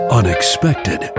unexpected